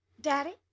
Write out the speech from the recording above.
Daddy